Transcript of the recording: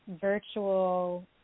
virtual